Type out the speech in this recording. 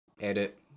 edit